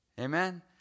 Amen